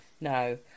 No